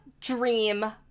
dream